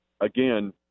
again